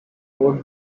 would